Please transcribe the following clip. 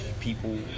people